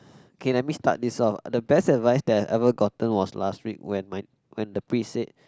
okay let me start this off the best advice that I've ever gotten was last week when my when the priest said